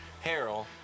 Harold